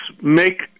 make